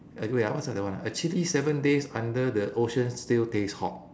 uh wait ah what's the that one ah actually seven days under the ocean still taste hot